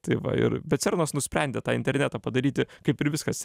tai va ir bet cernas nusprendė tą internetą padaryti kaip ir viskas